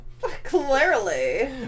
Clearly